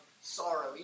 sorrow